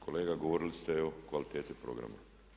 Kolega govorili ste o kvaliteti programa.